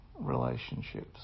relationships